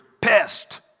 pissed